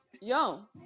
Yo